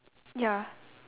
ya